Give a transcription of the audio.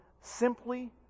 simply